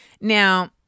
Now